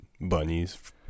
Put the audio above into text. bunnies